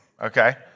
Okay